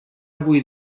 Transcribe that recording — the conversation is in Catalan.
avui